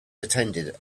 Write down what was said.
attended